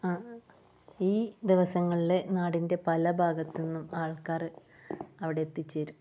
ഈ ദിവസങ്ങളിൽ നാടിൻ്റെ പല ഭാഗത്തു നിന്നും ആൾക്കാർ അവിടെ എത്തിച്ചേരും